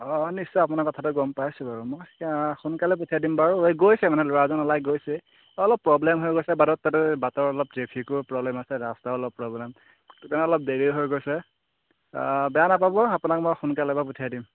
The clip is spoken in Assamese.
অঁ নিশ্চয় আপোনাৰ কথাটো গম পাইছোঁ বাৰু মই সোনকালে পঠিয়াই দিম বাৰু এই গৈছে মানে ল'ৰাজন ওলাই গৈছেই অলপ প্ৰব্লেম হৈ গৈছে বাটত তাতে বাটৰ অলপ ট্ৰেফিকো প্ৰব্লেম আছে ৰাস্তাও অলপ প্ৰব্লেম সেইকাৰণে অলপ দেৰি হৈ গৈছে বেয়া নাপাব আপোনাক মই সোনকালে বা পঠিয়াই দিম